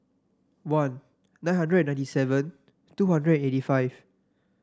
one nine hundred ninety seven two hundred eighty five